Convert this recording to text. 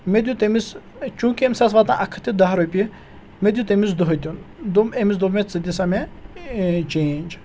مےٚ دیُت أمِس چوٗنٛکہِ أمِس آسہٕ واتان اَکھ ہَتھ تہِ دَہ رۄپیہِ مےٚ دیُت أمِس دُو ۂتیُن دوٚپ أمِس دوٚپ مےٚ ژٕ دِ سا مےٚ چینٛج